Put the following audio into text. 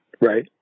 right